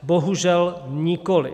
Bohužel nikoliv.